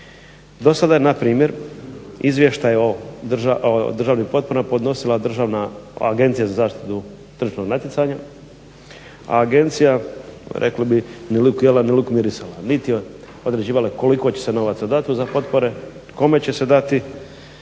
do sada je npr. izvještaj o državnim potporama podnosila Agencija za zaštitu tržišnog natjecanja, a agencija rekli bi ni luk jela ni luk mirisala niti je određivala koliko će se novaca dati za potpore, kome će se dati,